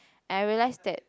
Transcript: I realise that